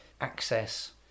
access